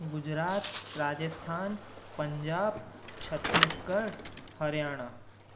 Gujarat Rajasthan Punjab Chhattisgarh Haryana